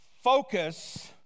focus